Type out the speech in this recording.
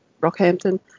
Rockhampton